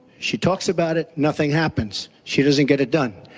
she talks about it, nothing happens. she doesn't get it done.